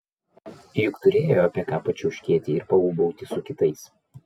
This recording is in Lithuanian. juk turėjo apie ką pačiauškėti ir paūbauti su kitais